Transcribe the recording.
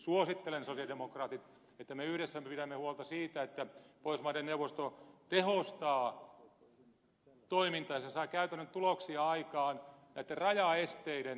suosittelen sosialidemokraatit että me yhdessä pidämme huolta siitä että pohjoismaiden neuvosto tehostaa toimintaansa saa käytännön tuloksia aikaan näitten rajaesteiden mataloittamisessa